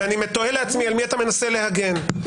ואני תוהה לעצמי על מי אתה מנסה להגן.